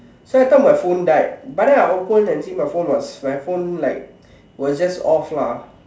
so I thought my phone died but then I open and see my phone was my phone like was just off lah